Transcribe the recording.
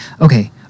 Okay